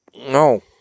No